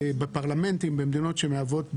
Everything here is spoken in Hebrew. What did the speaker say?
בפרלמנטים במדינות שמהוות "בנצ'מארק",